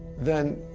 then